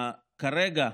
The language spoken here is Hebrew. כרגע,